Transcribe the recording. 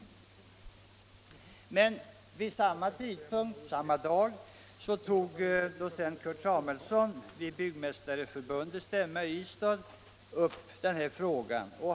Samma dag tog docent Kurt Samuelsson vid Byggmästareförbundets stämma i Ystad upp frågan.